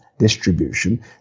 distribution